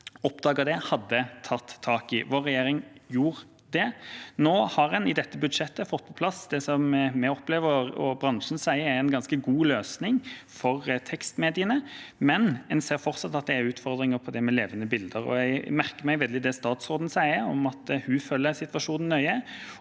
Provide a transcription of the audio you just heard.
oppdaget det, hadde tatt tak i. Vår regjering gjorde det. Nå har en i dette budsjettet fått på plass det vi opplever og bransjen sier er en ganske god løsning for tekstmediene, men en ser fortsatt at det er utfordringer når det gjelder levende bilder. Jeg merker meg veldig det statsråden sier om at hun følger situasjonen nøye,